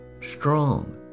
strong